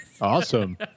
Awesome